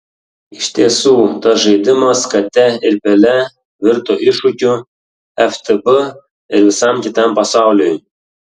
iš tiesų tas žaidimas kate ir pele virto iššūkiu ftb ir visam kitam pasauliui